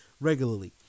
regularly